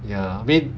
ya wait